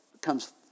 comes